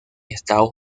estados